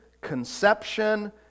conception